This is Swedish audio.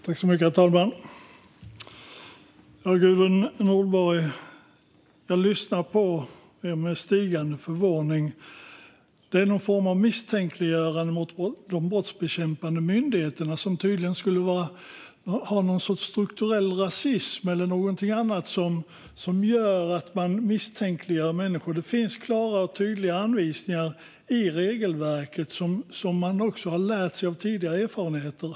Herr talman! Jag lyssnade med stigande förvåning på Gudrun Nordborg. Det var någon form av misstänkliggörande mot de brottsbekämpande myndigheterna, som tydligen skulle utöva strukturell rasism som innebär att de misstänkliggör människor. Det finns klara och tydliga anvisningar i regelverket om hur kontrollen ska göras.